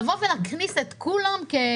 לבוא ולהכניס את כולם כמשקיעים?